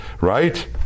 Right